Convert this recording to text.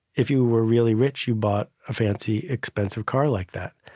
if you were really rich, you bought a fancy expensive car like that.